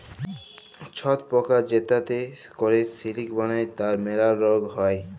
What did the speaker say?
ছট পকা যেটতে ক্যরে সিলিক বালাই তার ম্যালা রগ হ্যয়